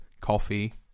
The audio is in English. coffee